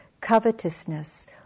covetousness